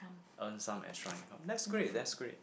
earn some extra income that's great that's great